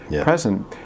present